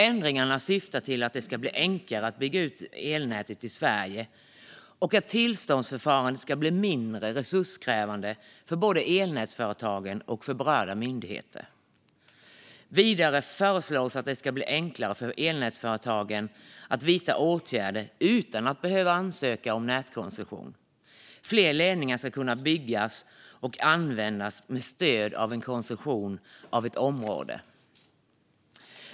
Ändringarna syftar till att det ska bli enklare att bygga ut elnätet i Sverige och att tillståndsförfarandet ska bli mindre resurskrävande för både elnätsföretagen och berörda myndigheter. Vidare föreslås att det ska bli enklare för nätföretag att vidta åtgärder utan att behöva ansöka om nätkoncession. Fler ledningar ska kunna byggas och användas med stöd av en koncession av ett område.